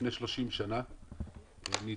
לפני 30 שנה התחתנתי,